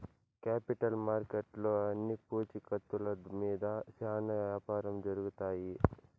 capital మార్కెట్లో అన్ని పూచీకత్తుల మీద శ్యానా యాపారం జరుగుతాయి